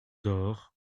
dore